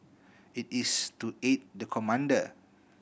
it is to aid the commander